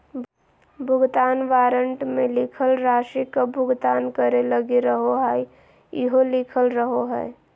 भुगतान वारन्ट मे लिखल राशि कब भुगतान करे लगी रहोहाई इहो लिखल रहो हय